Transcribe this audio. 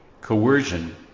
coercion